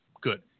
Good